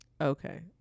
Okay